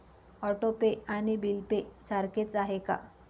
Auto pay आणि bill pay सारखेच आहे का?